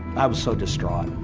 i was so distraught.